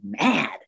mad